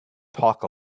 talk